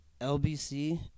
LBC